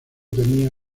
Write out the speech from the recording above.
tenía